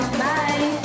bye